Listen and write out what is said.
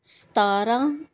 ਸਤਾਰਾਂ